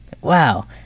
wow